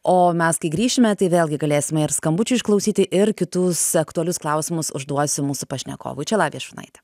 o mes kai grįšime tai vėlgi galėsime ir skambučių išklausyti ir kitus aktualius klausimus užduosim mūsų pašnekovui čia lavija šurnaitė